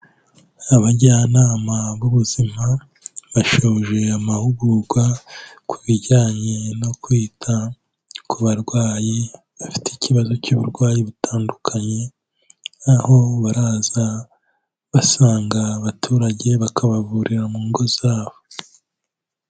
Abajyanama b'ubuzima bashoje amahugurwa ku bijyanye no kwita ku barwayi bafite ikibazo cy'uburwayi butandukanye, aho baraza basanga abaturage bakabavurira mu ngo zabo.